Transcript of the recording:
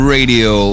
Radio